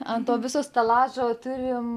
ant to viso stelažo turim